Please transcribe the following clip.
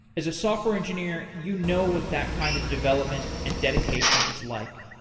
as a software engineer, you know what that kind of development and dedication is like.